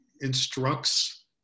instructs